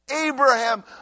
Abraham